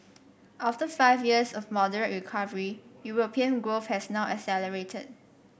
after five years of moderate recovery European growth has now accelerated